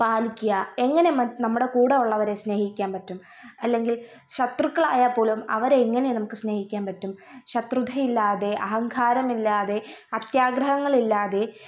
പാലിക്കുക എങ്ങനെ മ നമ്മുടെ കൂടെയുള്ളവരെ സ്നേഹിക്കാൻ പറ്റും അല്ലെങ്കിൽ ശത്രുക്കളായാൽപ്പോലും അവരെയെങ്ങനെ നമുക്ക് സ്നേഹിക്കാൻ പറ്റും ശത്രുതയില്ലാതെ അഹങ്കാരമില്ലാതെ അത്യാഗ്രഹങ്ങളില്ലാതെ